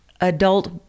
adult